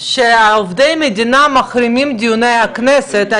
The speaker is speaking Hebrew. עובדי מדינה שמחרימים דיוני כנסת.